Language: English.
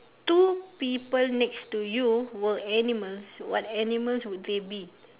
two people next to you were animals what animals would they be